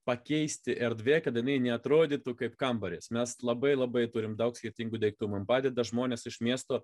pakeisti erdvė kad jinai neatrodytų kaip kambarys mes labai labai turime daug skirtingų daiktų mum padeda žmonės iš miesto